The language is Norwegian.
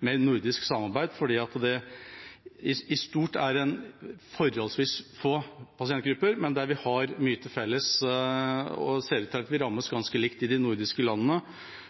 nordisk samarbeid, fordi det i stort er snakk om forholdsvis få pasientgrupper, men at vi har mye til felles, og det ser ut til at vi rammes ganske likt i de nordiske landene.